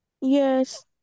Yes